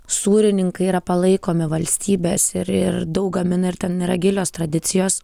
sūrininkai yra palaikomi valstybės ir ir daug gamina ir ten yra gilios tradicijos